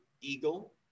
eagle